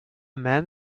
man